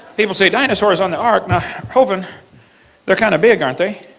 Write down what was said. people say, dinosaurs on the ark? now hovind they are kind of big aren't they?